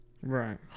Right